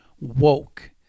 woke